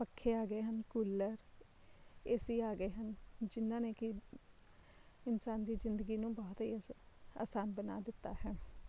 ਪੱਖੇ ਆ ਗਏ ਹਨ ਕੂਲਰ ਏਸੀ ਆ ਗਏ ਹਨ ਜਿਨ੍ਹਾਂ ਨੇ ਕਿ ਇਨਸਾਨ ਦੀ ਜ਼ਿੰਦਗੀ ਨੂੰ ਬਹੁਤ ਹੀ ਅਸ ਆਸਾਨ ਬਣਾ ਦਿੱਤਾ ਹੈ